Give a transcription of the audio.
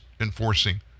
enforcing